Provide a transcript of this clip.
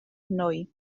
nwy